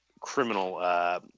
criminal